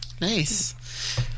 Nice